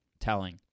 telling